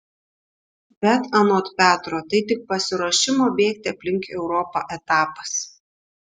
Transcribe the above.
bet anot petro tai tik pasiruošimo bėgti aplink europą etapas